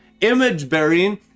Image-bearing